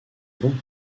bon